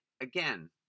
Again